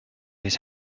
his